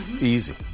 Easy